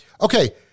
okay